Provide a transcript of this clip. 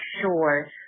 sure